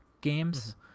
games